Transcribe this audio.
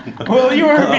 well, you are